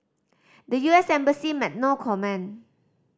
the U S embassy made no comment